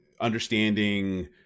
understanding